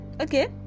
Okay